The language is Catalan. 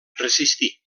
resistí